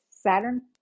Saturn